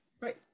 Right